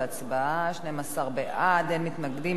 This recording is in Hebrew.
בעד, 12, אין מתנגדים, אין נמנעים.